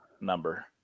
number